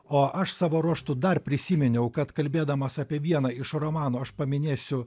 o aš savo ruožtu dar prisiminiau kad kalbėdamas apie vieną iš romanų aš paminėsiu